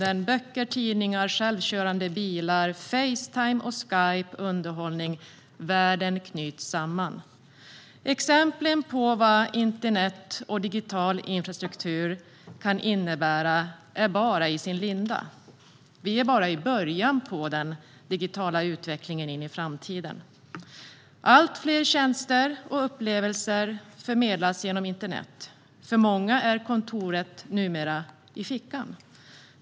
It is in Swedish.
Det handlar om böcker och tidningar, självkörande bilar, Facetime och Skype och underhållning. Världen knyts samman. Exemplen på vad internet och digital infrastruktur kan innebära är bara i sin linda. Vi är bara i början av den digitala utvecklingen in i framtiden. Allt fler tjänster och upplevelser förmedlas genom internet. För många är kontoret numera i fickan.